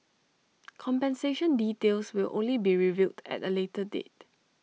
compensation details will only be revealed at A later date